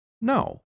No